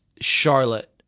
Charlotte